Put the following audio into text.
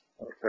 okay